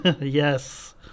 Yes